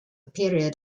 period